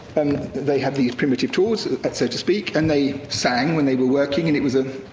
and they had these primitive tools, so to speak, and they sang when they were working, and it was a,